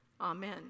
Amen